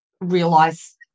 realize